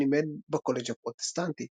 נאסיף לימד בקולג' הפרוטסטנטי.